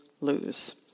lose